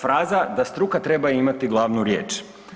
Fraza da struka treba imati glavnu riječ.